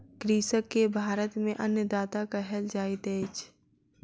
कृषक के भारत में अन्नदाता कहल जाइत अछि